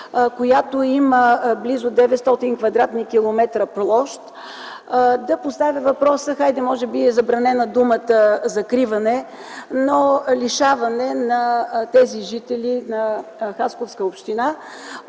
която има близо 900 квадратни километра площ, да поставя въпроса, може би е забранена думата закриване, за лишаване на тези жители на Хасковска община